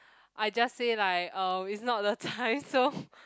I just say like uh it's not the time so